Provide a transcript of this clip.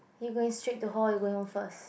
you going straight to hall or going room first